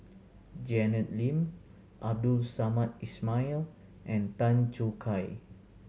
Janet Lim Abdul Samad Ismail and Tan Choo Kai